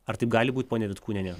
ar taip gali būt ponia vitkūniene